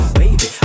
baby